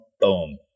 Boom